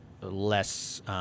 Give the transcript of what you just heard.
less –